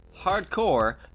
hardcore